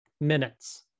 minutes